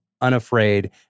unafraid